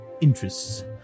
interests